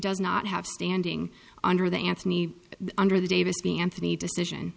does not have standing under the anthony under the davis b anthony decision